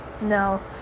no